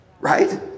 right